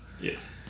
Yes